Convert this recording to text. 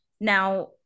Now